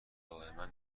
دائما